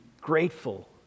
grateful